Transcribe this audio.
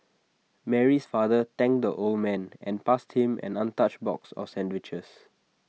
Mary's father thanked the old man and passed him an untouched box of sandwiches